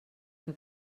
què